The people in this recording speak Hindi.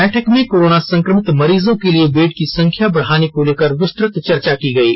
बैठक में कोरोना संक्रमित मरीजों के लिए बेड की संख्या बढ़ाने को लेकर विस्तृत चर्चा की गयी